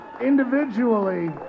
individually